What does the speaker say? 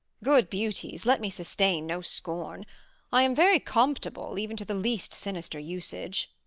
good beauties, let me sustain no scorn i am very comptible, even to the least sinister usage.